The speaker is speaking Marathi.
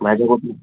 भाजी कुठली